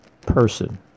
person